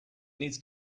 needs